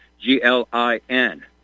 G-L-I-N